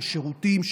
של שירותים,